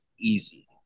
easy